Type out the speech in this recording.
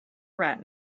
rat